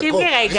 תקשיב לי.